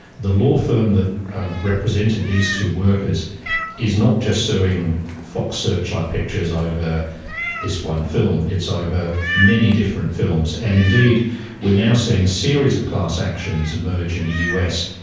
the law firm that represented these two workers is not just suing fox searchlight pictures over this one film, it's over many different films, and indeed we are now seeing a series of class actions emerge in the us,